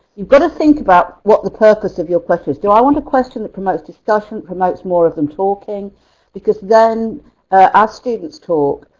you better but think about what the purpose of your questions. do i want a question that promotes discussion, promotes more of them talking because then as students talk,